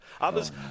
Others